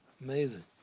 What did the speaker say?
amazing